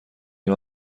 این